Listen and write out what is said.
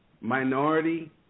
minority